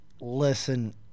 listen